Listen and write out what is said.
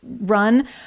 run